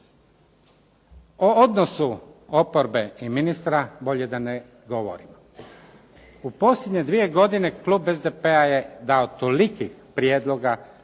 O odnosu oporbe i ministra, bolje da ne govorim. U posljednje dvije godine klub SDP-a je dao toliko prijedloga